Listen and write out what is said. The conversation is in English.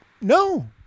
No